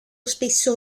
spesso